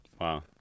Wow